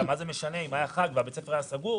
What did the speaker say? מה זה משנה אם היה חג ובית הספר היה סגור?